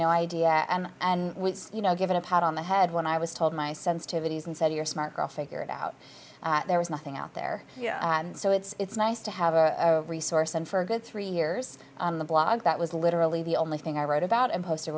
no idea and and you know given a pat on the head when i was told my sensitivities and said you're smart girl figured out that there was nothing out there and so it's nice to have a resource and for a good three years on the blog that was literally the only thing i wrote about a poste